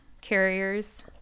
carriers